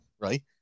Right